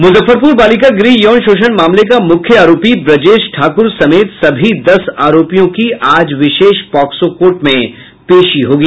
मूजफ्फरपूर बालिका गृह यौन शोषण मामले का मूख्य आरोपी ब्रजेश ठाक्र समेत सभी दस आरोपियों की आज विशेष पॉक्सो कोर्ट में पेशी होगी